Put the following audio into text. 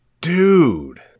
Dude